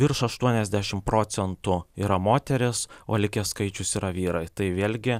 virš aštuoniasdešim procentų yra moterys o likę skaičius yra vyrai tai vėlgi